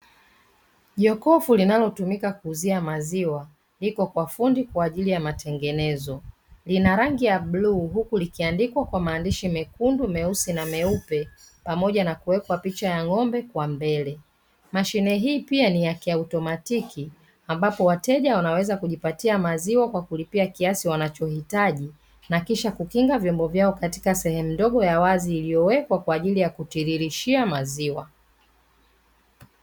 Jokofu linalotumika kuuzia maziwa liko kwa fundi kwa ajili ya matengenezo. Lina rangi ya bluu huku likiandikwa kwa maandihsi mekundu, meusi na meupe, pamoja na kuwekwa picha ya ngombe kwa mbele. Mashine hii pia ni ya kiautomatiki, ambapo wateja wanaweza kujipatia maziwa kwa kulipia kiasi wanachohitaji na kisha kukinga vyombo vyao katika sehemu ndogo ya wazi iliyowekwa kwa ajili ya kutiririshia maziwa.